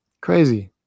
Crazy